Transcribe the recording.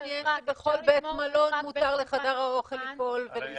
יש שבכל בית מלון מותר לחדר האוכל לפעול?